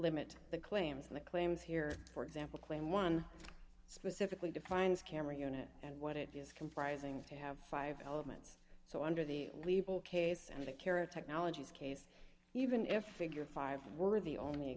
limit the claims in the claims here for example claim one specifically defines camera unit and what it is comprising to have five elements so under the legal case and the carriage technologies case even if figure five were the only